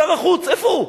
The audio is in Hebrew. שר החוץ, איפה הוא?